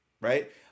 right